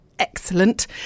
excellent